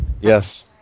Yes